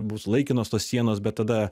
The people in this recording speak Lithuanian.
bus laikinos tos sienos bet tada